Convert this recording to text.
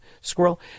squirrel